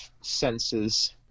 senses